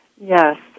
Yes